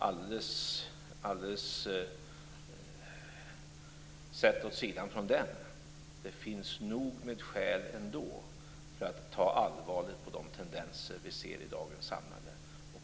Det finns alldeles bortsett från denna undersökning nog med skäl att ta allvarligt på de tendenser som vi ser i dagens samhälle.